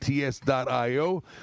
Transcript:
ATS.io